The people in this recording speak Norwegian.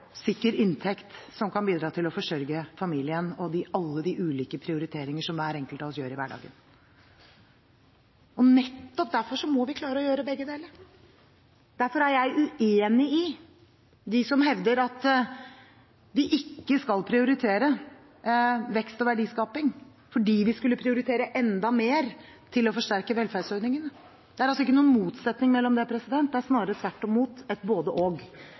sikker inntekt, som kan bidra til å forsørge familien og til alle de ulike prioriteringer som hver enkelt av oss gjør i hverdagen. Nettopp derfor må vi klare å gjøre begge deler. Derfor er jeg uenig med dem som hevder at vi ikke skal prioritere vekst og verdiskaping, fordi vi skulle prioritere enda mer til å forsterke velferdsordningene. Det er altså ikke noen motsetning her; det er snarere tvert imot et både–og. Vi må klare å gjøre begge deler, og